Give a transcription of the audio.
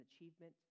achievement